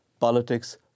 politics